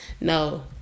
no